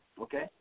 Okay